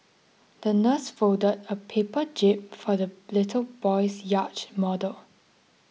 the nurse folded a paper jib for the little boy's yacht model